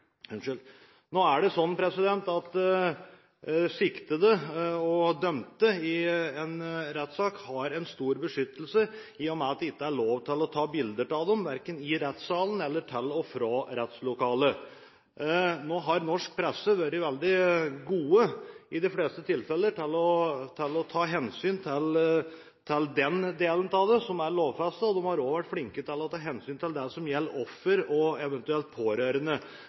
rettssak. Nå er det slik at siktede og dømte i en rettssak har en stor beskyttelse, i og med at det ikke er lov til å ta bilder av dem verken i rettssalen eller på vei til og fra rettslokalet. Nå har norsk presse vært veldig gode i de fleste tilfeller til å ta hensyn til den delen av det som er lovfestet, og de har også vært flinke til å ta hensyn til det som gjelder offer og eventuelt pårørende.